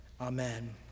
Amen